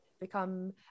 become